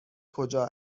کجا